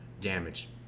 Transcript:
Damage